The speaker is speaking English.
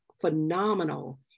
phenomenal